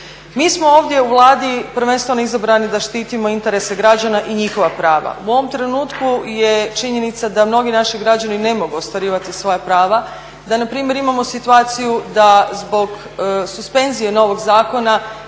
Mi smo ovdje u Vladi prvenstveno izabrani da štitimo interese građana i njihova prava. U ovom trenutku je činjenica da mnogi naši građani ne mogu ostvarivati svoja prava, da npr. imamo situaciju da zbog suspenzije novog zakona